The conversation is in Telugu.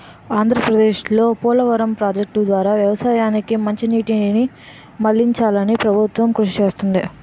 ఆంధ్రప్రదేశ్లో పోలవరం ప్రాజెక్టు ద్వారా వ్యవసాయానికి మంచినీటికి నీటిని మళ్ళించాలని ప్రభుత్వం కృషి చేస్తుంది